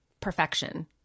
perfection